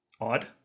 odd